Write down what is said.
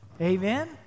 Amen